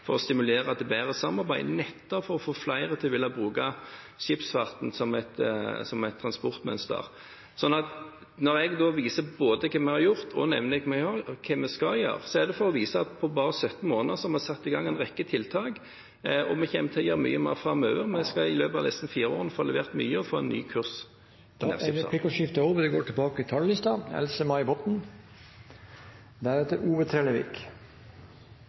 for å stimulere til bedre samarbeid nettopp for å få flere til å bruke skipsfarten som et transportmønster. Så når jeg både viser hva vi har gjort, og nevner hva vi skal gjøre, er det for å vise at på bare 17 måneder har vi satt i gang en rekke tiltak, og vi kommer til å gjøre mye mer framover. Vi skal i løpet av disse fire årene få levert mye og få en ny kurs. Replikkordskiftet er over. De